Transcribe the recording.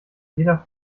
jeder